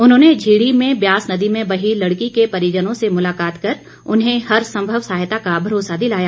उन्होंने झीड़ी में ब्यास नदी में बही लड़की के परिजनों से मुलाकात उन्हें हरसंभव सहायता का भरोसा दिलाया